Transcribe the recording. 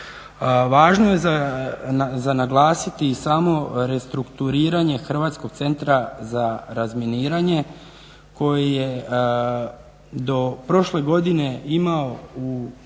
Važno je za naglasiti i samo restrukturiranje Hrvatskog centra za razminiranje koji je do prošle godine imao zaposleno